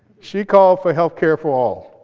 she called for health care for all.